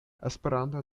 esperanta